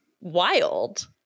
wild